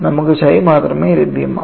നമുക്ക് chi മാത്രമേ ലഭ്യമാകൂ